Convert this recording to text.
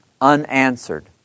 unanswered